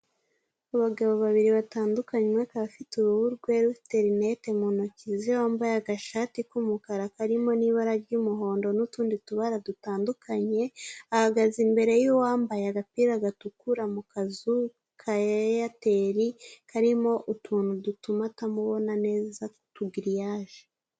Abagabo babiri batandukanye, umwe akaba afite uruhu rwera, afite rineti mu ntoki ze, wambaye agashati k'umukara karimo n'ibara ry'umuhondo n'utundi tubara dutandukanye, ahagaze imbere y'uwambaye agapira gatukura mu kazu ka eyateri, karimo utuntu dutuma atamubona neza tw'utugiriyaje.